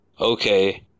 Okay